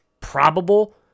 probable